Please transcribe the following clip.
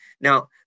Now